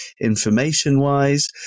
information-wise